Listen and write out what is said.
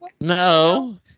No